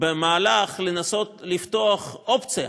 במהלך ניסיון לפתוח אופציה